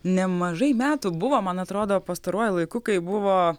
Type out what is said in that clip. nemažai metų buvo man atrodo pastaruoju laiku kai buvo